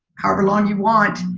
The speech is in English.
however long you want.